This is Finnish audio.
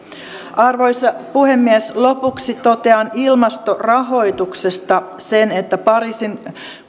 arvoisa puhemies lopuksi totean ilmastorahoituksesta sen että pariisin